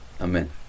Amen